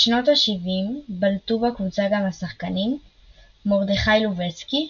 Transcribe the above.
בשנות ה-70 בלטו בקבוצה גם השחקנים מרדכי לובצקי,